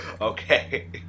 Okay